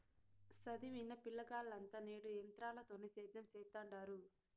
సదివిన పిలగాల్లంతా నేడు ఎంత్రాలతోనే సేద్యం సెత్తండారు